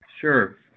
Sure